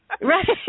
Right